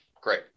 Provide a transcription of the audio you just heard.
Great